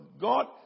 God